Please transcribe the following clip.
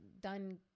done